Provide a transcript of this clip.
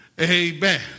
Amen